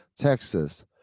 Texas